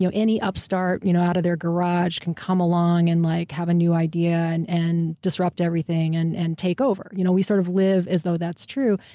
you know any upstart you know out of their garage, can come along and like have a new idea, and and disrupt everything, and and take over. you know we sort of live as though that's true,